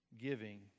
giving